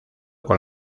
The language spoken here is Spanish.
con